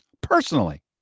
personally